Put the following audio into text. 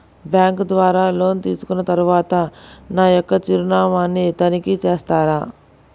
Bank ద్వారా loan తీసుకున్న తరువాత నా యొక్క చిరునామాని తనిఖీ చేస్తారా?